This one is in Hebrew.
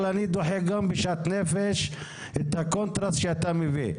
אבל אני דוחה גם בשאט נפש את הקונטרס שאתה מביא.